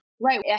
Right